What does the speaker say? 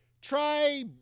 try